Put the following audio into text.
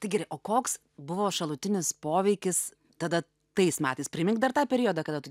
tai gerai o koks buvo šalutinis poveikis tada tais metais primink dar tą periodą kada tu